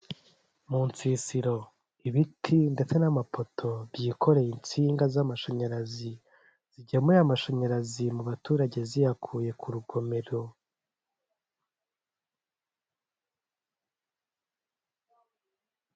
Mu nsisiro, ibiti ndetse n'amapoto byikoreye insinga z'amashanyarazi zigemuye amashanyarazi mu baturage ziyakuye ku rugomero.